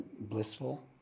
blissful